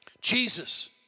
Jesus